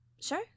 Sure